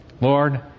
Lord